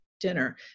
dinner